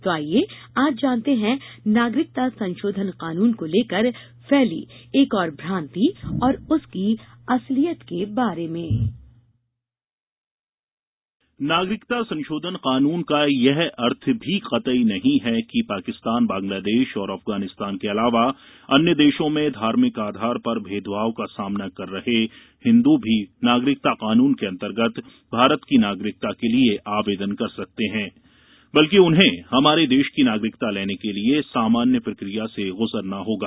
तो आईये आज जानते हैं नागरिकता संशोधन कानून को लेकर फैली एक और भ्रान्ति और उसकी असलियत के बारे में नागरिकता संशोधन कानून का यह अर्थ भी कतई नहीं है कि पाकिस्तान बांग्लादेश और अफगानिस्तान के अलावा अन्य देशों में धार्मिक आधार पर भेदभाव का सामना कर रहे हिंद्र भी नागरिकता कानून के अंतर्गत भारत की नागरिकता के लिए आवेदन कर सकते हैं बल्कि उन्हें हमारे देश की नागरिकता लेने के लिए सामान्य प्रक्रिया से गुजरना होगा